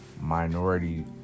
minority